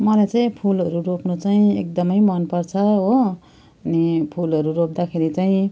मलाई फुलहरू रोप्नु चाहिँ एकदम मन पर्छ हो अनि फुलहरू रोप्दाखेरि चाहिँ